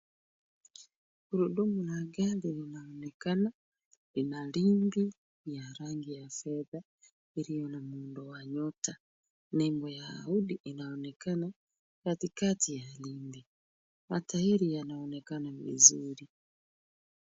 Gurudumu la gari linaonekana ni la rangi ya fedha iliyo na muundo wa nyota. Nembo ya audi inaonekana katikati. Matairi yanaonekana mizuri.